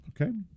Okay